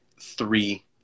three